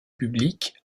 public